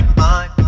mind